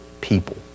people